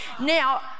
Now